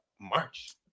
March